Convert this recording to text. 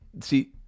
See